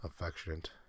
affectionate